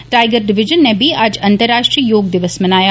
tiger division नै बी अज्ज अंतर्राष्ट्रीय योग दिवस मनाया